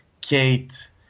Kate